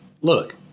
look